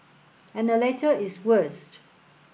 and the latter is worse